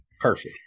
Perfect